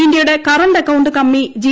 ഇന്ത്യയുടെ കാണ്ട് അക്കൌണ്ട് കമ്മി ജി